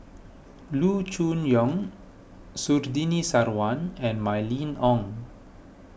Loo Choon Yong Surtini Sarwan and Mylene Ong